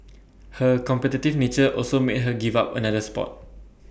her competitive nature also made her give up another Sport